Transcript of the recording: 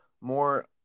more